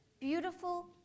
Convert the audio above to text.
Beautiful